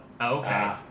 Okay